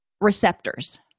receptors